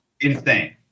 Insane